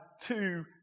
two